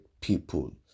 people